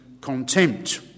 contempt